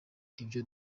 ibyo